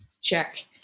check